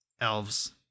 Elves